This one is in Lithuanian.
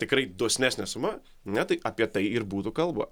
tikrai dosnesnė suma na taip apie tai ir būtų kalba